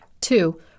two